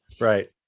Right